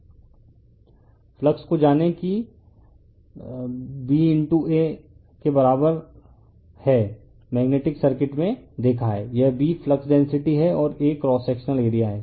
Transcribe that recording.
refer slide time 3040 flux को जानें BA के बराबर है हम ने मेग्नेटिक सर्किट में देखा है यह B फ्लक्स डेंसिटी है और A क्रॉस सेक्शनल एरिया है